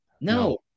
No